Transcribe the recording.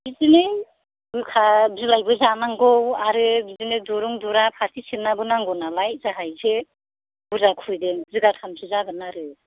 बिदिनो गोखा बिलाइबो जानांगौ आरो बिदिनो दुरुं दुरा फाथो सेरनाबो नांगौ नालाय जोहा एसे बुरजा खुइदों बिघाथामसो जागोन आरो